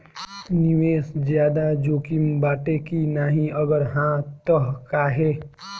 निवेस ज्यादा जोकिम बाटे कि नाहीं अगर हा तह काहे?